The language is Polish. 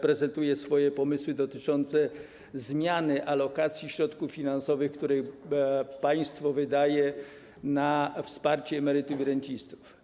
prezentuje swoje pomysły dotyczące zmiany alokacji środków finansowych, które państwo wydaje na wsparcie emerytów i rencistów.